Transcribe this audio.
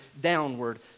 downward